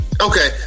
Okay